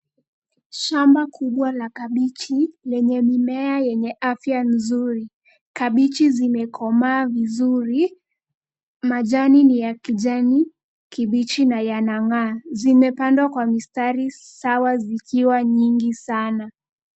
Shamba kubwa la kabeji, lenye mimea yenye afya nzuri, kabeji zimekomaa vizuri. Majani ni ya kijani kibichi na yanang'aa, zimepandwa kwa mistari sawa zikiwa nyingi sana.